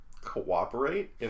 cooperate